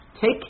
take